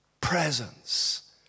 presence